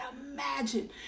imagine